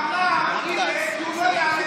אמר איווט שהוא לא יעלה מחירים,